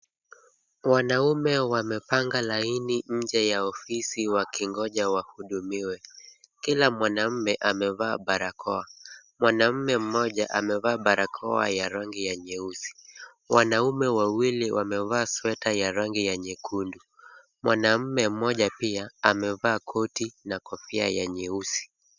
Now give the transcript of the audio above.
Wanaume wamepanga laini nje ya ofisi wakingoja wahudumiwe. Kila mwanamume amevaa barakoa. Mwanamume mmoja amevaa barakoa ya rangi ya nyeusi. Wanaume wawili wamevaa sweta ya rangi ya nyekundu. Mwanamume mmoja pia amevaa koti na kofia ya nyeusi.